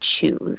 choose